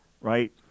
right